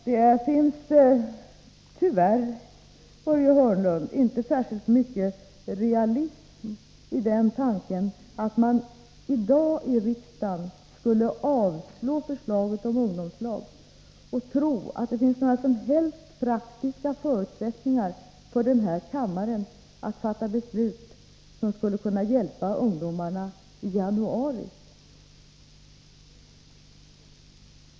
Det finns tyvärr, Börje Hörnlund, inte särskilt mycket realism i tanken att man i dag i riksdagen skulle avslå förslaget om ungdomslag och ändå tro att det finns några som helst praktiska förutsättningar för den här kammaren att fatta beslut som skulle kunna hjälpa ungdomarna i januari.